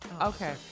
Okay